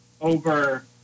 over